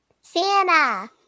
Santa